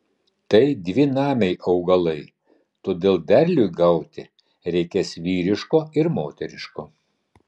tai dvinamiai augalai todėl derliui gauti reikės vyriško ir moteriško